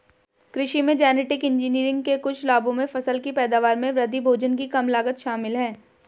कृषि में genetic engineering के कुछ लाभों में फसल की पैदावार में वृद्धि, भोजन की कम लागत शामिल हैं